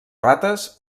rates